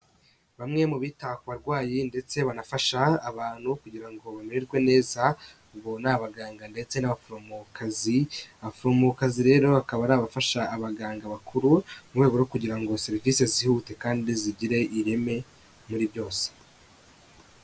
Bamwe mu bita ku abarwayi ndetse banafasha abantu kugira ngo bamererwe neza, abo ni abaganga ndetse n'abaforomokazi, abaforomokazi rero bakaba ari abafasha abaganga bakuru, mu rwego rwo kugira ngo serivisi zihute kandi zigire ireme muri byose.